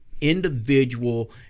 individual